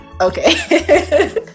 Okay